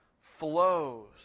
flows